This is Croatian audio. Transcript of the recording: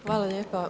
Hvala lijepa.